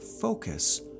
focus